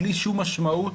בלי שום משמעות,